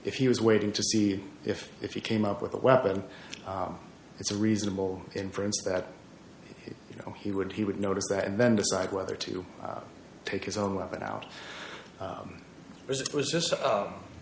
if he was waiting to see if if you came up with a weapon it's a reasonable inference that you know he would he would notice that and then decide whether to take his own weapon out because it was just